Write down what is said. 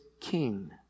king